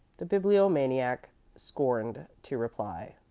the bibliomaniac scorned to reply.